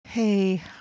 Hey